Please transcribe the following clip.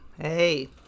Hey